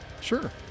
sure